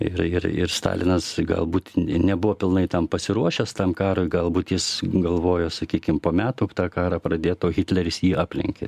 ir ir ir stalinas galbūt nebuvo pilnai tam pasiruošęs tam karui galbūt jis galvojo sakykim po metų tą karą pradėt o hitleris jį aplenkė